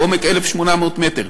בעומק 1,800 מטר,